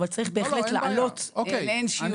אבל צריך בהחלט להעלות לאין שיעור.